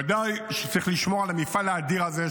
בוודאי צריך לשמור על המפעל האדיר הזה,